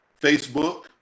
Facebook